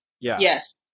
Yes